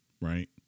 right